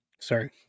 Sorry